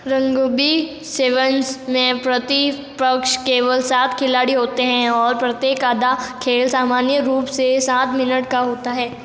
rugby sevens में प्रति पक्ष केवल सात खिलाड़ी होते हैं और प्रत्येक आधा खेल सामान्य रूप से सात मिनट का होता है